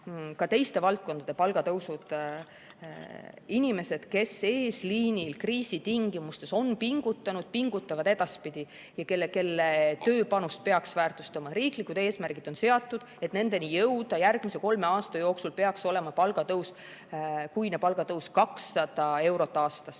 Ka teiste valdkondade palgatõusud. Inimesed, kes eesliinil kriisi tingimustes on pingutanud ja pingutavad ka edaspidi ja kelle tööpanust peaks väärtustama, riiklikud eesmärgid on seatud – et nendeni jõuda järgmise kolme aasta jooksul peaks olema palgatõus, kuine palgatõus 200 eurot aastas.